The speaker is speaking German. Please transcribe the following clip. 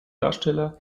darsteller